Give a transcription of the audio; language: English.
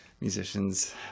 musicians